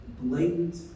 blatant